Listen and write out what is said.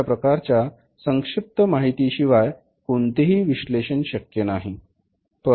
अशा प्रकारच्या संक्षिप्त माहिती शिवाय कोणतेही विश्लेषण शक्य नाही